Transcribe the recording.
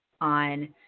on